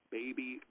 baby